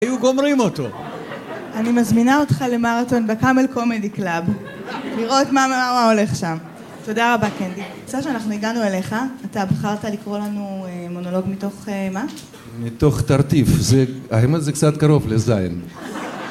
היו גומרים אותו. אני מזמינה אותך למרתון בקאמל קומדי קלאב, לראות מה הולך שם. תודה רבה קנדי. סשה אנחנו הגענו אליך, אתה בחרת לקרוא לנו מונולוג מתוך מה? מתוך תרטיף זה... האמת זה קצת קרוב לזין